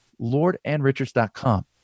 lordandrichards.com